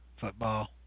football